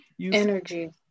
energy